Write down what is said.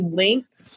linked